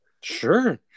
Sure